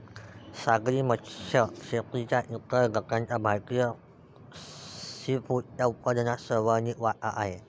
सागरी मत्स्य शेतीच्या इतर गटाचा भारतीय सीफूडच्या उत्पन्नात सर्वाधिक वाटा आहे